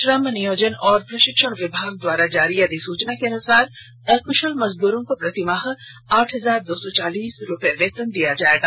श्रम नियोजन एवं प्रशिक्षण विभाग द्वारा जारी अधिसूचना के अनुसार अकुशल मजदूरों को प्रतिमाह आठ हजार दो सौ चालीस रुपए वेतन दिया जाएगा